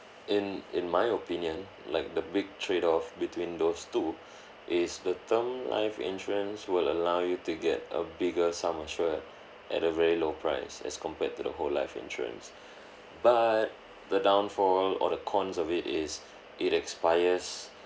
in in my opinion like the big trade off between those two is the term life insurance will allow you to get a bigger sum assured at a very low price as compared to the whole life insurance but the downfall or the cons of it is it expires